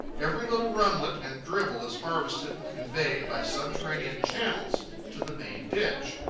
every little runlet and dribble is harvested and conveyed by subterranean channels to the main ditch.